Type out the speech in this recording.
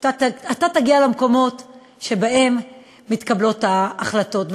שאתה תגיע למקומות שבהם מתקבלות ההחלטות.